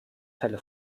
fälle